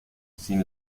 sin